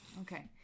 okay